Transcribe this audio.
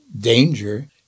danger